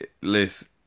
listen